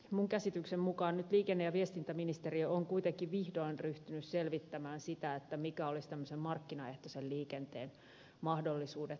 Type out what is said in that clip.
minun käsitykseni mukaan nyt liikenne ja viestintäministeriö on kuitenkin vihdoin ryhtynyt selvittämään sitä mitkä olisivat tämmöisen markkinaehtoisen liikenteen mahdollisuudet tulevaisuudessa